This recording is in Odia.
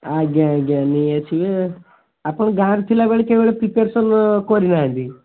ଆଜ୍ଞା ଆଜ୍ଞା ନେଇ ଆସିବେ ଆଉ ଆପଣ ଗାଁରେ ଥିଲାବେଳେ କେବେ ପ୍ରିପାରେସନ୍ କରି ନାହାଁନ୍ତି